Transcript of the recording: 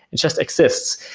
just exists.